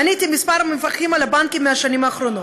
מניתי כמה מפקחים על הבנקים מהשנים האחרונות.